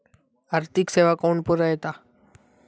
आर्थिक सेवा कोण पुरयता?